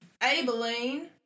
Abilene